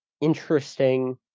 interesting